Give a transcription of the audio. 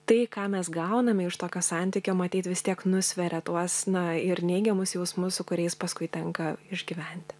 tai ką mes gauname iš tokio santykio matyt vis tiek nusveria tuos na ir neigiamus jausmus su kuriais paskui tenka išgyventi